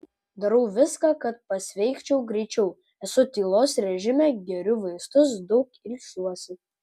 darau viską kad pasveikčiau greičiau esu tylos režime geriu vaistus daug ilsiuosi